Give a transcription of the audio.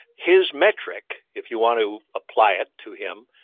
his metric, if you want to apply it to him,